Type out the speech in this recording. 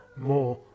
more